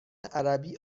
عربی